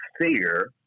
fear